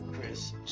Chris